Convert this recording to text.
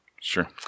Sure